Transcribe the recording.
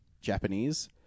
Japanese